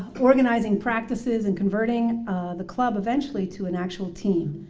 organizing practices and converting the club eventually to an actual team,